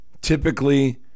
Typically